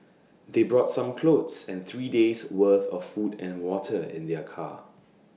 they brought some clothes and three days' worth of food and water in their car